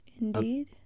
Indeed